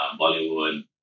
Bollywood